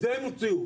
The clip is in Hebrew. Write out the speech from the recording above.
את זה הם הוציאו.